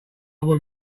will